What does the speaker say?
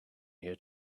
here